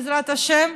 בעזרת השם,